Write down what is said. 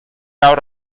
out